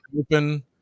Open